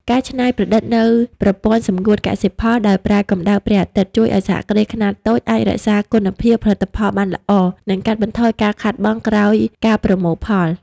ការច្នៃប្រឌិតនូវប្រព័ន្ធសម្ងួតកសិផលដោយប្រើកម្ដៅព្រះអាទិត្យ ជួយឱ្យសហគ្រាសខ្នាតតូចអាចរក្សាគុណភាពផលិតផលបានល្អ និងកាត់បន្ថយការខាតបង់ក្រោយការប្រមូលផល។